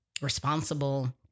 responsible